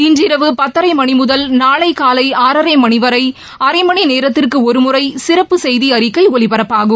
இன்றிரவு பத்தரை மணி முதல் நாளை காலை ஆறரை மணி வரை அரை மணி நேரத்திற்கு ஒருமுறை சிறப்பு செய்தி அறிக்கை ஒலிபரப்பாகும்